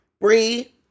Bree